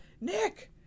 Nick